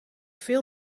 veel